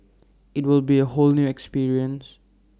IT will be A whole new experience